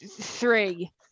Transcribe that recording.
three